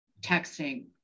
texting